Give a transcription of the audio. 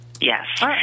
Yes